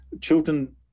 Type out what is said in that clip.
children